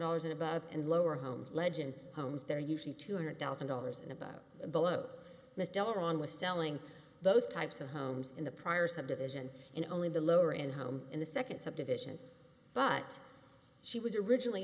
dollars and above and lower homes legend homes there you see two hundred thousand dollars and about below the dollar on was selling those types of homes in the prior subdivision in only the lower end home in the second subdivision but she was originally